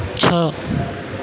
છ